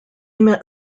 met